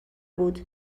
بود